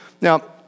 Now